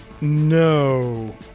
No